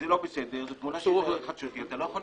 וזה לא בסדר- - לא,